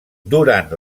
durant